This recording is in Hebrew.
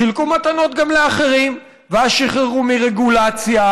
חילקו מתנות גם לאחרים ואז שחררו מרגולציה,